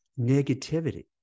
negativity